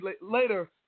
later